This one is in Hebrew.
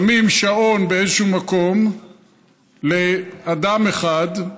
שמים שעון באיזשהו מקום לאדם אחד,